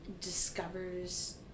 discovers